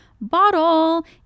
bottle